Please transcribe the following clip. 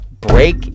Break